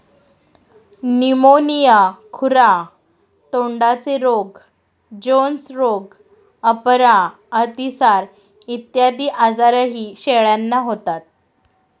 pneumonia, खुरा तोंडाचे रोग, जोन्स रोग, अपरा, अतिसार इत्यादी आजारही शेळ्यांना होतात